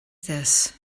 this